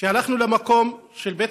בבית